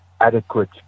adequate